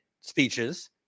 speeches